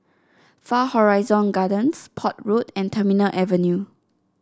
Far Horizon Gardens Port Road and Terminal Avenue